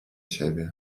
siebie